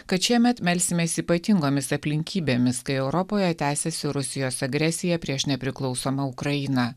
kad šiemet melsimės ypatingomis aplinkybėmis kai europoje tęsiasi rusijos agresija prieš nepriklausomą ukrainą